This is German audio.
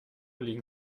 legen